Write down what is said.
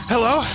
Hello